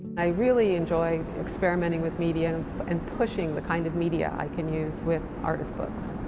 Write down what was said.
i really enjoy experimenting with media and pushing the kind of media i can use with artist books.